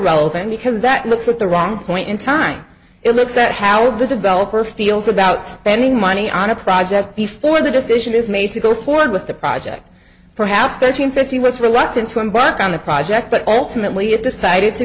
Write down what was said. irrelevant because that looks at the wrong point in time it looks at how the developer feels about spending money on a project before the decision is made to go forward with the project perhaps thirteen fifteen was reluctant to embark on the project but ultimately it decided to